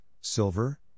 silver